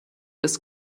des